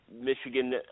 Michigan